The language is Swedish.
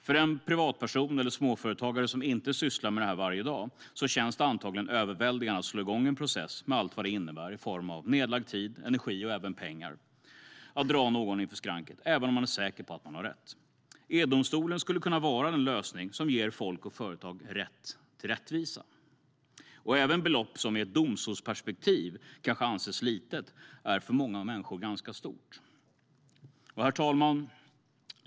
För den privatperson eller småföretagare som inte sysslar med detta varje dag känns det antagligen överväldigande att dra igång en process, med allt vad det innebär i form av nedlagd tid, energi och även pengar, för att dra någon inför skranket, även om man är säker på att man har rätt. Edomstolen skulle kunna vara den lösning som ger folk och företag rätt till rättvisa. Även belopp som i ett domstolsperspektiv kanske anses litet är för många människor ganska stort. Herr talman!